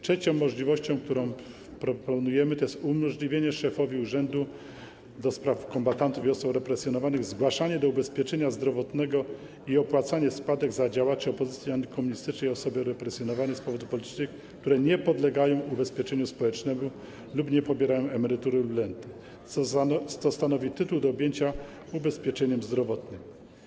Trzecią możliwością, którą proponujemy, jest umożliwienie szefowi Urzędu do Spraw Kombatantów i Osób Represjonowanych zgłaszania do ubezpieczenia zdrowotnego i opłacania składek za działaczy opozycji antykomunistycznej i osoby represjonowane z powodów politycznych, które nie podlegają ubezpieczeniu społecznemu lub nie pobierają emerytury lub renty, co stanowi tytuł do objęcia ubezpieczeniem zdrowotnym.